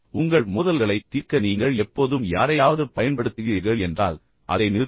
உங்கள் மோதல்களைத் தீர்க்க உதவி பெற நீங்கள் எப்போதும் யாரையாவது பயன்படுத்துகிறீர்கள் என்றால் அதை நிறுத்துங்கள்